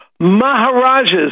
Maharajas